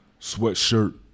sweatshirt